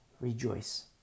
rejoice